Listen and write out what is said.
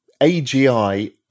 AGI